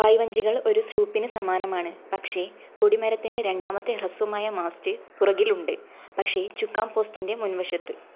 പായ് വഞ്ചികൾ ഒരു സ്ലൂപ്പിന് സമാനമാണ് പക്ഷേ കൊടിമരത്തിൻ്റെ രണ്ടാമത്തെ ഹ്രസ്വമായ മാസ്റ്റ് പുറകിൽ ഉണ്ട് പക്ഷേ ചുക്കാൻ പോസ്റ്റിൻ്റെ മുൻവശത്ത്